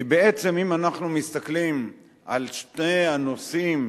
כי בעצם, אם אנחנו מסתכלים על שני הנושאים